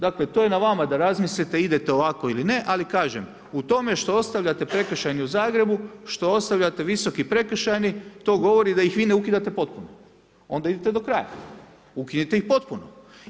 Dakle, to je na vama da razmislite idete ovako ili ne, ali kažem, u tome što ostavljate prekršajni u Zagrebu, što ostavljate Visoki prekršajni, to govori da ih vi ne ukidate potpuno, onda idete do kraja, ukinute ih potpuno.